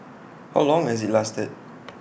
how long has IT lasted